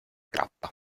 grappa